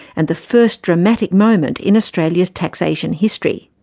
and the first dramatic moment in australia's taxation history.